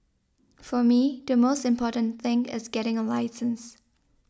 for me the most important thing is getting a license